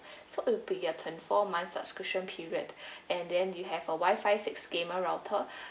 so it'd be a twenty four months subscription period and then you have a wifi six gamer router